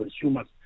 consumers